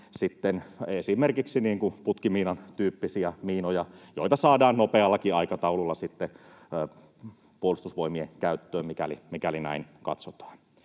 esimerkiksi putkimiinan tyyppisiä miinoja, joita saadaan nopeallakin aikataululla sitten Puolustusvoimien käyttöön, mikäli näin katsotaan.